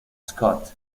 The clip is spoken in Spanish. scott